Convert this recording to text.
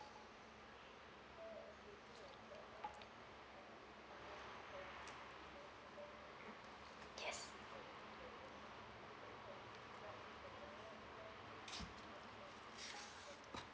yes